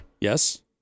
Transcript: Yes